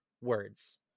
words